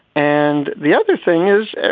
and the other thing is,